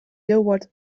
deelwoord